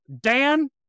Dan